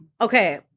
Okay